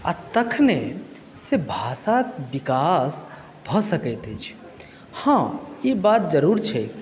आ तखने से भाषाक विकास भऽ सकैत अछि हँ ई बात जरूर छैक